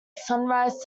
sunrise